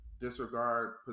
disregard